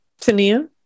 Tania